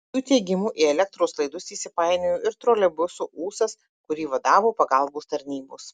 jų teigimu į elektros laidus įsipainiojo ir troleibuso ūsas kurį vadavo pagalbos tarnybos